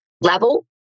level